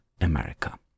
America